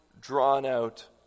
drawn-out